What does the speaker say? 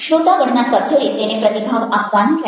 શ્રોતાગણના સભ્યોએ તેને પ્રતિભાવ આપવાનો રહેશે